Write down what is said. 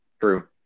True